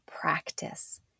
practice